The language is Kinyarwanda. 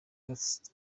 gasabo